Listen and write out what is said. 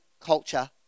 culture